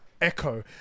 echo